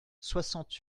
soixante